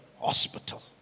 Hospital